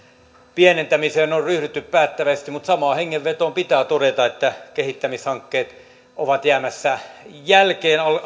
pienentämiseen on ryhdytty päättäväisesti mutta samaan hengenvetoon pitää todeta että kehittämishankkeet ovat jäämässä jälkeen